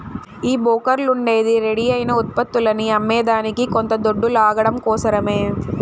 ఈ బోకర్లుండేదే రెడీ అయిన ఉత్పత్తులని అమ్మేదానికి కొంత దొడ్డు లాగడం కోసరమే